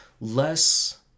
less